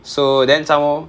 so then some more